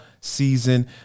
season